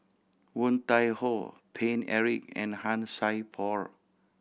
Woon Tai Ho Paine Eric and Han Sai Por